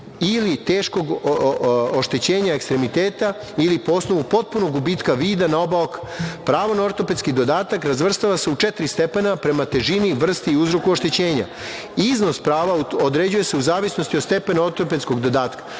ili teškog oštećenja ekstremiteta ili po osnovu potpunog gubitka vida na oba oka. Pravo na ortopedski dodatak, razvrstava se u četiri stepena prema težini, vrsti i uzroku oštećenja. Iznos prava, određuje se u zavisnosti od stepena ortopedskog dodatka.